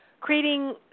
creating